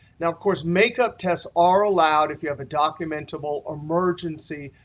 now of course, makeup tests are allowed if you have a documentable emergency,